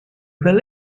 well